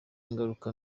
ingaruka